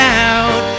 out